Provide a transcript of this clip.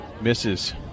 misses